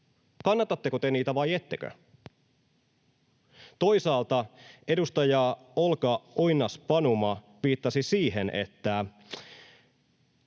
Kannatatteko te niitä vai ettekö? Toisaalta edustaja Olga Oinas-Panuma viittasi siihen, että